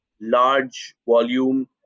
large-volume